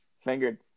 fingered